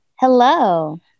Hello